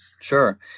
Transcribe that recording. Sure